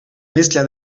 mezcla